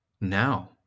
now